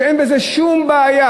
ואין בזה שום בעיה,